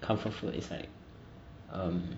comfort food is like um